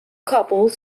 couple